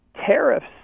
tariffs